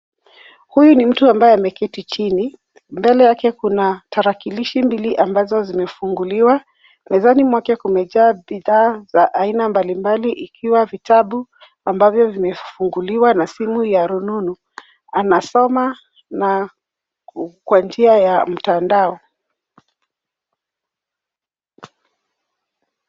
Huyun ni mtu ambaye ameketi chini. Mbele yake kuna tarakilishi mbili ambazo zimefunguliwa. Mezani mwake kumejaa bidhaa za aina mbali mbali ikiwa vitabu ambavyo vimefunguliwa na simu ya rununu. Anasoma na kwa njia ya mtandao.